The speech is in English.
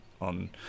on